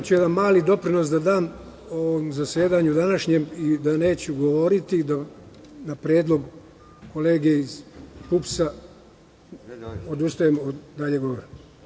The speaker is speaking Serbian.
Daću jedan mali doprinos ovom zasedanju današnjem i da neću govoriti, na predlog kolege iz PUPS, odustajem od daljeg govora.